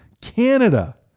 Canada